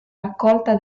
raccolta